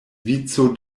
vico